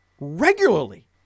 regularly